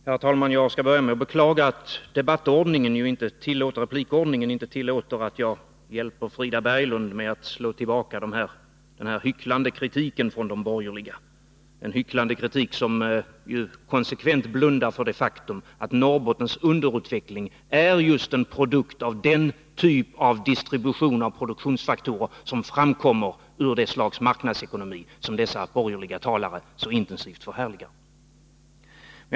Herr talman! Jag skall börja med att beklaga att replikordningen inte tillåter att jag hjälper Frida Berglund med att slå tillbaka den hycklande kritiken från de borgerliga. Det är en hycklande kritik som konsekvent blundar för det faktum att Norrbottens underutveckling är en produkt av den typ av distribution av produktionsfaktorer som framkommer ur det slags marknadsekonomi som de borgerliga talarna så intensivt förhärligar.